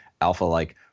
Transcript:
alpha-like